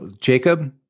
Jacob